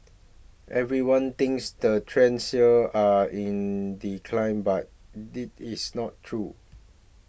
everyone thinks the trades here are in decline but this is not true